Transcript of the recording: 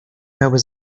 miałby